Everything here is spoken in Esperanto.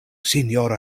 sinjoro